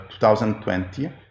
2020